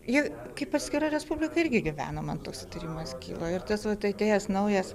ji kaip atskira respublika irgi gyveno man toks įtarimas kyla ir tas vat atėjęs naujas